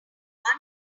one